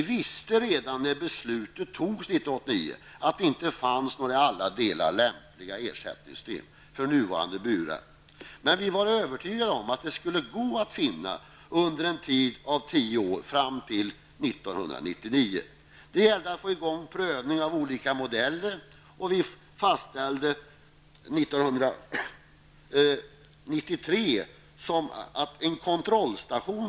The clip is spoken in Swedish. Vi visste redan när beslutet fattades 1989 att det inte fanns någon i alla delar lämplig ersättning för nuvarande burar, men vi var övertygade om att det skulle gå att finna under en tid av tio år fram till 1999. Det gällde att få i gång prövning av olika modeller, och vi fastställde att 1993 skulle det finnas en kontrollstation.